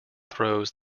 throws